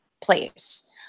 place